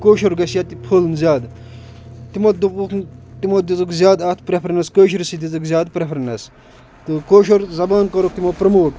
کٲشُر گَژھِ ییٚتہِ پھہلُن زیادٕ تِمو دوٚپُکھ تِمو دِژٕکھ زیادٕ اَتھ پریٚفریٚنٕس کٲشرِسٕے دِژکھ زیادٕ پریٚفریٚنٕس تہٕ کٲشُر زبان کٔرٕکھ تِمو پرٛیٚموٹ